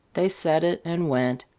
they said it, and went.